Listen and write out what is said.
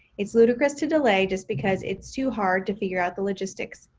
it's ludicrous to delay just because it's too hard to figure out the logistics.